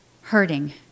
hurting